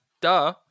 Duh